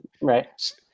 right